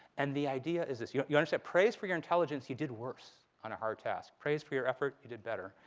and the idea is this. you you understand, praised for your intelligence, you did worse on a hard task. praised for your effort, you did better.